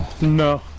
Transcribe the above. No